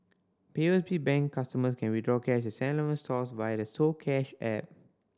P O B Bank customers can withdraw cash Seven Eleven stores via the soCash app